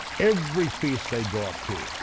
every feast they go up to,